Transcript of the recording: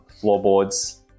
Floorboards